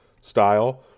style